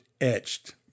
etched